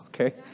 Okay